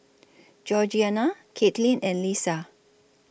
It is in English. Georgeanna Katelyn and Lissa